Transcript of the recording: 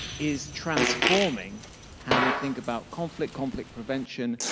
is transforming how we think about conflict, conflict prevention,